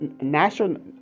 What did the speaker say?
national